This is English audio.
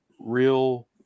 real